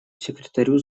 секретарю